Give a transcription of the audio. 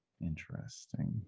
Interesting